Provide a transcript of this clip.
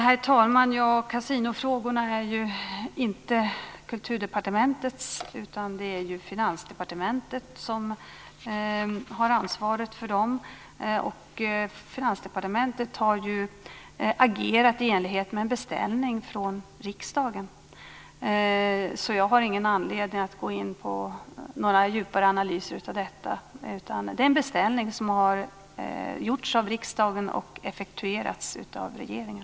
Herr talman! Kasinofrågorna ligger inte på Kulturdepartementet, utan det är Finansdepartementet som har ansvaret för dem. Finansdepartementet har agerat i enlighet med en beställning från riksdagen. Jag har ingen anledning att gå in på några djupare analyser av detta. Det är en beställning som har gjorts av riksdagen och effektuerats av regeringen.